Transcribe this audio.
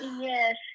yes